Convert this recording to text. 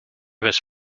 was